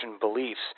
beliefs